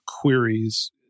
queries